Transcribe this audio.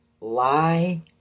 lie